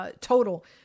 Total